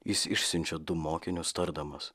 jis išsiunčia du mokinius tardamas